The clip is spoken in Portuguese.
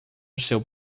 seu